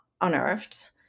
unearthed